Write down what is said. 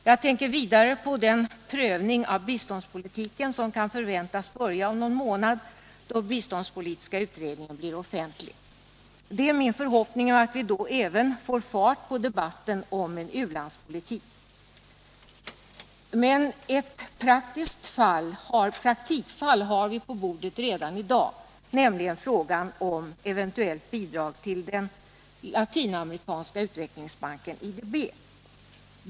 Jag tänker vidare på den prövning av biståndspolitiken som kan förväntas börja om någon månad, när biståndspolitiska utredningen blir offentlig. Det är min förhoppning att vi då även får fart på debatten om en u-landspolitik. Men ett praktikfall har vi på bordet redan i dag, nämligen frågan om eventuellt bidrag till den interamerikanska utvecklingsbanken IDB.